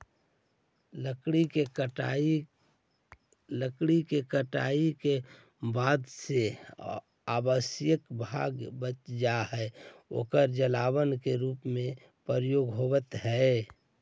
लकड़ी के कटाई के बाद जे अवशिष्ट भाग बच जा हई, ओकर जलावन के रूप में प्रयोग होवऽ हई